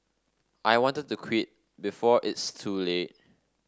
I wanted to quit before it's too late